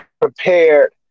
prepared